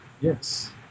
Yes